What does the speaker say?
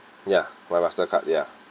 ya via Mastercard ya